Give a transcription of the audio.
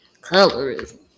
Colorism